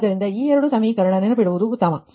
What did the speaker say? ಆದ್ದರಿಂದ ಈ ಎರಡು ಸಮೀಕರಣ ನೆನಪಿಡುವುದು ಉತ್ತಮ